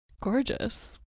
Gorgeous